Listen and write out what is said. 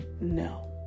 No